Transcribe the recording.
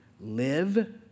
live